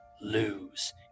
lose